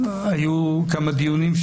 נותרו כמה דיונים,